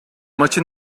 maçı